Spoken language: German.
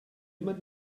immer